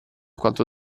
quanto